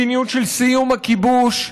מדיניות של סיום הכיבוש,